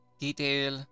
detail